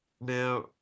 now